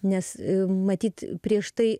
nes matyt prieš tai